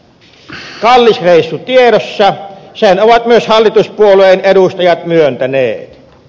kallis reissu tiedossa sen ovat myös hallituspuolueen edustajat myöntäneet